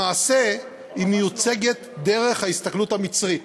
למעשה, היא מיוצגת דרך ההסתכלות המצרית.